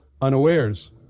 unawares